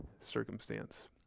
circumstance